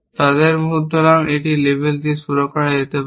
তাদের সুতরাং এটি এই লেবেল দিয়ে শুরু করতে পারে